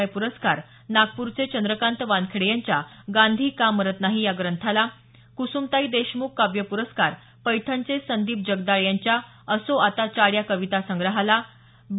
मय प्रस्कार नागपूरचे चंद्रकांत वानखेडे यांच्या गांधी का मरत नाही या ग्रंथाला कुसुमताई देशमुख काव्य पुरस्कार पैठणचे संदीप जगदाळे यांच्या असो आता चाडया कवितासंग्रहाला बी